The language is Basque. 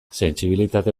sentsibilitate